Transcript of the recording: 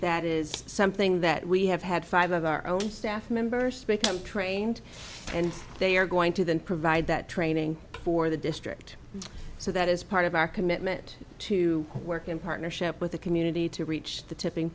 that is something that we have had five of our own staff members trained and they are going to then provide that training for the district so that as part of our commitment to work in partnership with the community to reach the tipping